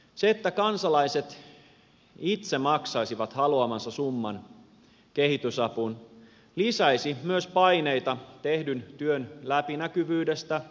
se että kansalaiset itse maksaisivat haluamansa summan kehitysapuun lisäisi myös paineita tehdyn työn läpinäkyvyydestä ja tehokkuudesta